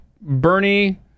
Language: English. Bernie